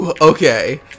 okay